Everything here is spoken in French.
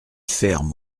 ferme